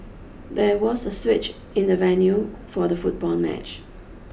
there was a switch in the venue for the football match